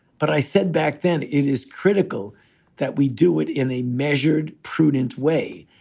but i said back then, it is critical that we do it in a measured, prudent way.